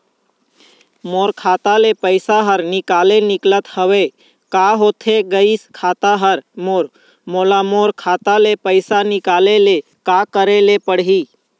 मोर खाता ले पैसा हर निकाले निकलत हवे, का होथे गइस खाता हर मोर, मोला मोर खाता ले पैसा निकाले ले का करे ले पड़ही?